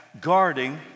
guarding